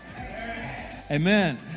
Amen